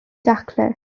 daclus